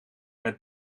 met